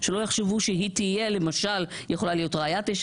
שלא יחשבו ש'היא תהיה' למשל יכולה להיות רעיית ראש